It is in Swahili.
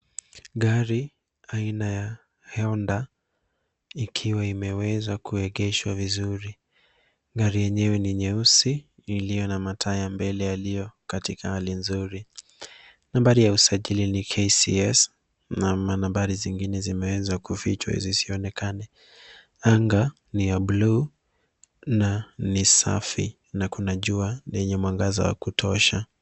Gari aina ya Honda ikiwa imeweza kuegeshwa vizuri. Gari yenyewe ni nyeusi iliyo na mataa ya mbele yaliyo katika hali nzuri. Nambari ya usajili ni KCS, na manambari zingine zimeweza kufichwa zisionekane. Anga ni ya buluu na ni safi na kuna jua lenye mwangaza wa kutosha.